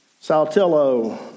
Saltillo